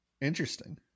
interesting